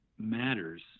matters